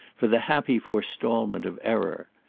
for the happy forestalment of error.